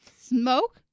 Smoke